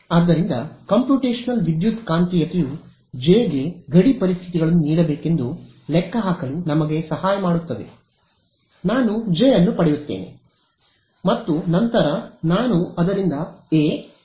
ಆದ್ದರಿಂದ ಕಂಪ್ಯೂಟೇಶನಲ್ ವಿದ್ಯುತ್ಕಾಂತೀಯತೆಯು ಜೆ ಗೆ ಗಡಿ ಪರಿಸ್ಥಿತಿಗಳನ್ನು ನೀಡಬೇಕೆಂದು ಲೆಕ್ಕಹಾಕಲು ನಮಗೆ ಸಹಾಯ ಮಾಡುತ್ತದೆ ನಾನು ಜೆ ಅನ್ನು ಪಡೆಯುತ್ತೇನೆ ಮತ್ತು ನಂತರ ನಾನು ಅದರಿಂದ ಎ ಎಚ್ ಹಾಗೂ ಈ ಪಡೆಯುತ್ತೇನೆ